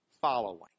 following